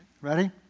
Ready